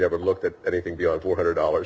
never looked at anything beyond four hundred dollars